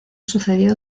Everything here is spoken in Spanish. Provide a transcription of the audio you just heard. sucedió